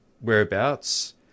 whereabouts